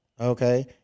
Okay